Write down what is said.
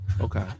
Okay